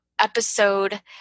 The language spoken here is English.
episode